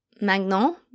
Magnon